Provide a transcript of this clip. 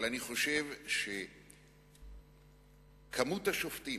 אבל אני חושב שכמות השופטים,